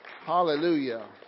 hallelujah